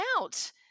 out